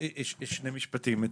שני משפטים.